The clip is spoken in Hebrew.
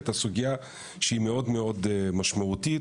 את הסוגייה שהיא מאוד מאוד משמעותית,